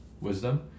wisdom